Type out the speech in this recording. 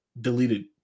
deleted